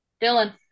Dylan